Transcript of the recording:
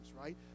right